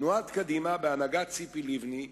תנועת קדימה, בהנהגת ציפי לבני,